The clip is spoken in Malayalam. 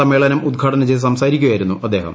സ്മ്മേളനം ഉദ്ഘാടനം ചെയ്ത് സംസാരിക്കുകയായിരുന്നു അദ്ദേഹം